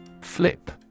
Flip